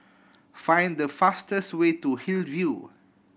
find the fastest way to Hillview